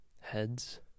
Heads